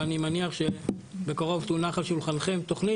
ואני מניח שבקרוב תונח על שולחנכם תוכנית